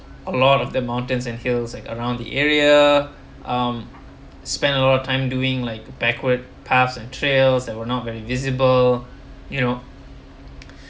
a lot of the mountains and hills like around the area um spend a lot of time doing like backward paths and trails that were not very visible you know